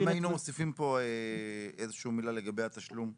היינו מוסיפים פה איזה שהיא מילה לגבי התשלום,